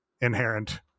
inherent